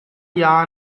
jahr